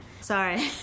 Sorry